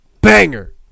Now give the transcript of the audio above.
Banger